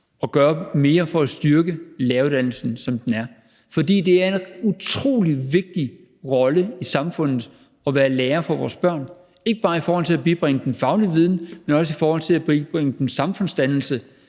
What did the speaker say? at gøre mere for at styrke læreruddannelsen, som den er. For det er en utrolig vigtig rolle i samfundet at være lærer for vores børn, ikke bare i forhold til at bibringe dem faglig viden, men også i forhold til at bibringe dem samfundsdannelse,